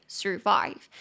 survive